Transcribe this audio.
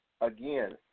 again